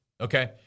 Okay